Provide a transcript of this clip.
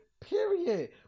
Period